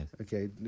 Okay